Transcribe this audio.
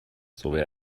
sowie